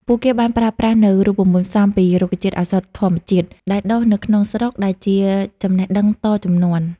ពួកគេបានប្រើប្រាស់នូវរូបមន្តផ្សំពី រុក្ខជាតិឱសថធម្មជាតិ ដែលដុះនៅក្នុងស្រុក ដែលជាចំណេះដឹងតជំនាន់។